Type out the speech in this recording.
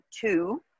two